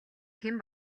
хэн